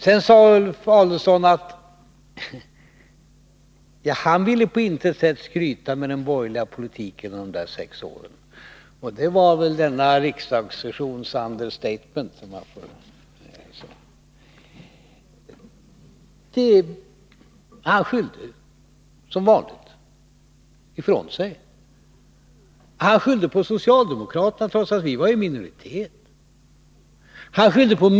Sedan sade Ulf Adelsohn att han på intet sätt ville skryta med den borgerliga politiken under de sex åren. Det var denna riksdagssessions understatement! Han skyllde, som vanligt, ifrån sig. Han skyllde på socialdemokraterna, trots att vi var i minoritet.